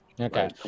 Okay